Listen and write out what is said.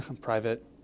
private